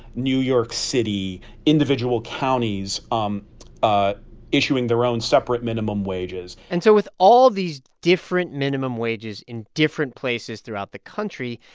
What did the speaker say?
new york city individual counties um ah issuing their own separate minimum wages and so with all of these different minimum wages in different places throughout the country,